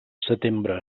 setembre